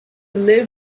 live